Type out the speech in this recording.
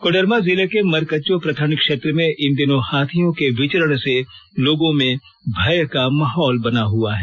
कोडरमा जिले के मरकच्चो प्रखंड क्षेत्र में इन दिनों हाथियों के विचरण से लोगों में भय का माहौल बना हुआ है